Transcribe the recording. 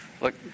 Look